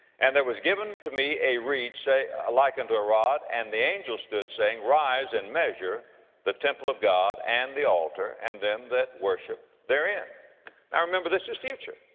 and there was given to me a reed, say, a, like unto a rod and the angel stood, saying, rise, and measure the temple of god, and the altar, and them that worship therein now remember this is future